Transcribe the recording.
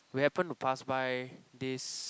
we happen to pass by this